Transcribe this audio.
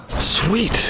Sweet